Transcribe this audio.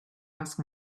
asked